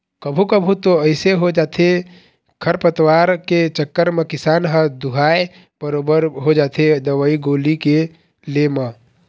कभू कभू तो अइसे हो जाथे खरपतवार के चक्कर म किसान ह दूहाय बरोबर हो जाथे दवई गोली के ले म